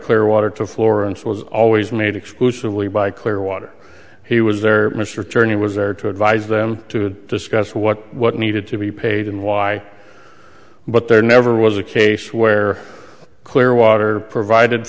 clearwater to florence was always made exclusively by clearwater he was there mr attorney was there to advise them to discuss what what needed to be paid and why but there never was a case where clearwater provided